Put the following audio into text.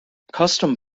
custom